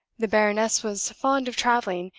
the baroness was fond of traveling,